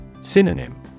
Synonym